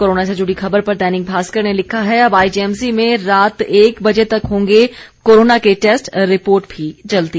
corona से जुड़ी खबर पर दैनिक भास्कर ने लिखा है अब आईजीएमसी में रात एक बजे तक होंगे कोरोना के टैस्ट रिपोर्ट भी जल्दी